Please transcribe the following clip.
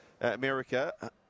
America